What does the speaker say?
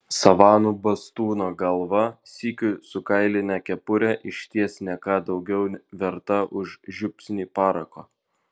savanų bastūno galva sykiu su kailine kepure išties ne ką daugiau verta už žiupsnį parako